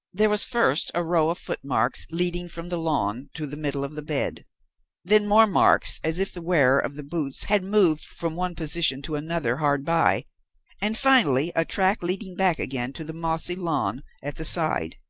there was first a row of footmarks leading from the lawn to the middle of the bed then more marks as if the wearer of the boots had moved from one position to another hard by and finally, a track leading back again to the mossy lawn at the side.